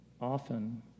often